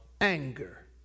anger